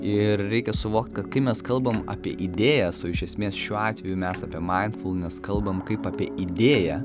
ir reikia suvokt kad kai mes kalbam apie idėjas o iš esmės šiuo atveju mes apie maindfulnes kalbam kaip apie idėją